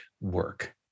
work